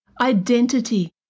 identity